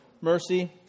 mercy